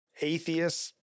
Atheists